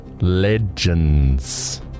Legends